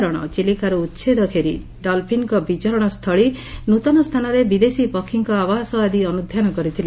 ରଣ ଚିଲିକାରୁ ଉଛେଦ ଘେରି ଡଲଫିନଙ୍କ ବିଚରଣ ସ୍ଛଳୀ ନୃତନ ସ୍ରାନରେ ବିଦେଶୀ ପକ୍ଷୀଙ୍କ ଆବାସ ଆଦି ଅନୁଧ୍ଧାନ କରିଥିଲେ